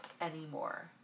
anymore